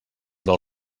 del